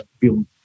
feel